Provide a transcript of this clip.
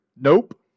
Nope